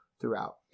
throughout